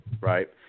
Right